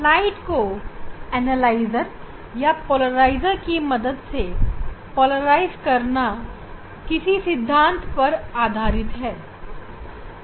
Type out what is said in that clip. प्रकाश को एनालाइजर या पोलराइजर की मदद से पोलराइज करना किसी सिद्धांत पर आधारित है